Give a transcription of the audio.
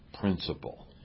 principle